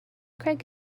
craig